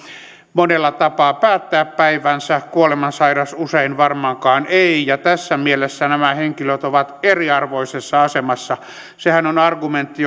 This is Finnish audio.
monella tapaa päättää päivänsä kuolemansairas usein varmaankaan ei ja tässä mielessä nämä henkilöt ovat eriarvoisessa asemassa sehän on argumentti